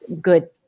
good